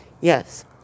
Yes